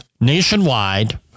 nationwide